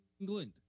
England